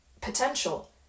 potential